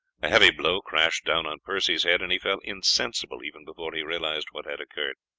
a heavy blow crashed down on percy's head, and he fell insensible even before he realized what had occurred.